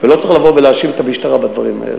ולא צריך לבוא ולהאשים את המשטרה בדברים האלה.